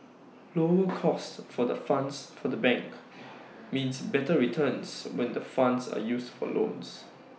lower cost for the funds for the bank means better returns when the funds are used for loans